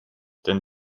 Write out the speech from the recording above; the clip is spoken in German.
denn